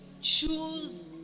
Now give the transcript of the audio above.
choose